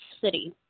City